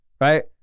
Right